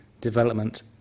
development